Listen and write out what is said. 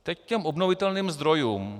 Teď k těm obnovitelným zdrojům.